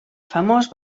famós